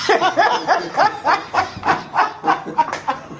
i